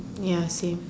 ya same